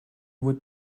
would